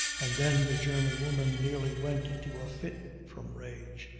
and then the german woman nearly went into a fit from rage.